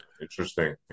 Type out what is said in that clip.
Interesting